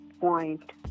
point